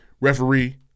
referee